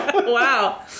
Wow